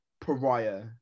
pariah